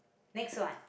next one